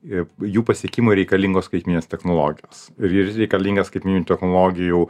ir jų pasiekimui reikalingos skaitmeninės technologijos ir yra reikalingas skaitmeninių technologijų